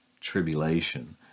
tribulation